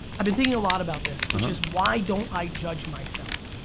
i've been thinking a lot about this, which is why don't i judge myself?